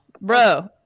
bro